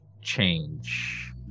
change